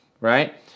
Right